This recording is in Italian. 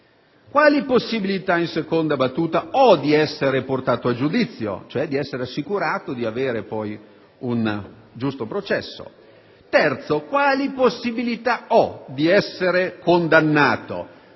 Quali possibilità, in seconda battuta, ho di essere portato a giudizio, cioè di essere assicurato e di avere poi un giusto processo? Terzo, quali possibilità ho di essere condannato?